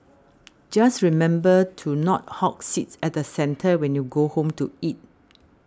just remember to not hog seats at the centre when you go home to eat